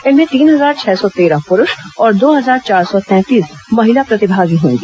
इनमें तीन हजार छह सौ तेरह पुरूष और दो हजार चार सौ तैंतीस महिला प्रतिभागी होंगी